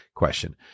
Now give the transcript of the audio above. Question